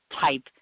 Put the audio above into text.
type